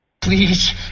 Please